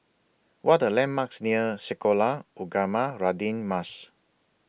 What Are The landmarks near Sekolah Ugama Radin Mas